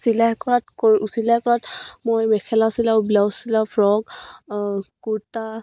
চিলাই কৰাত কৰোঁ চিলাই কৰাত মই মেখেলা চিলাওঁ ব্লাউজ চিলাওঁ ফ্ৰক কুৰ্তা